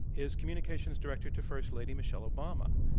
is communications director to first lady michelle obama.